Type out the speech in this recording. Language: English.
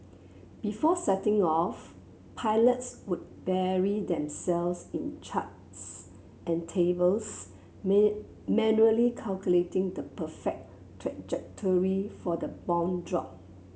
before setting off pilots would bury themselves in charts and tables man manually calculating the perfect trajectory for the bomb drop